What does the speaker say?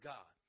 God